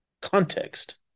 context